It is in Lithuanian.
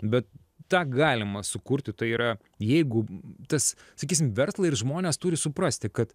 bet tą galima sukurti tai yra jeigu tas sakysim verslą ir žmonės turi suprasti kad